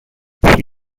said